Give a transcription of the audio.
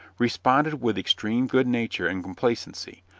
responded with extreme good nature and complacency,